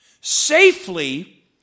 safely